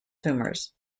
tumors